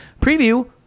preview